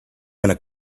gonna